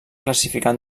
classificar